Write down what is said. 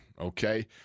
okay